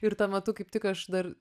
ir tuo metu kaip tik aš dar